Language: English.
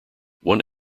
one